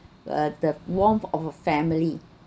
uh the warmth of a family